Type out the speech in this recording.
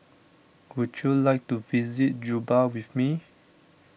would you like to visit Juba with me